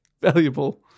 valuable